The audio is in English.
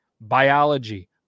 biology